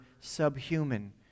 subhuman